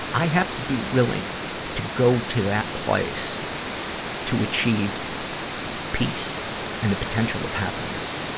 i have to be willing to go to that place to achieve peace and the potential of happiness,